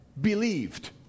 believed